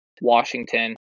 washington